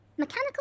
mechanical